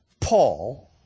Paul